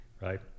Right